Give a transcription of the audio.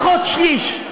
לפחות שליש.